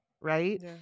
right